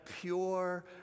pure